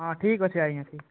ହଁ ଠିକ୍ ଅଛି ଆଜ୍ଞା